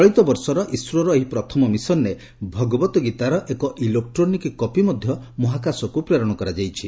ଚଳିତ ବର୍ଷର ଇସ୍ରୋର ଏହି ପ୍ରଥମ ମିଶନରେ ଭଗବତ ଗୀତାର ଏକ ଇଲେକ୍ଟ୍ରୋନିକ କପି ମଧ୍ୟ ମହାକାଶକୁ ପ୍ରେରଣ କରାଯାଇଛି